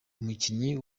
umukinnyi